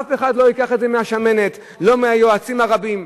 אף אחד לא ייקח את זה מהשמנת, לא מהיועצים הרבים.